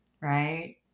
right